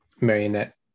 marionette